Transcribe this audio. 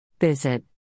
Visit